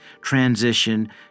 transition